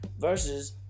versus